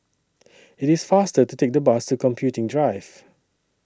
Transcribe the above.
IT IS faster to Take The Bus to Computing Drive